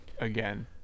again